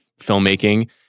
filmmaking